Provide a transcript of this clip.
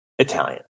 Italian